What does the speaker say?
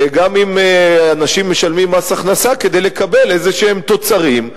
גם אם אנשים משלמים מס הכנסה כדי לקבל איזשהם תוצרים,